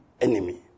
enemy